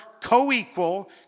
co-equal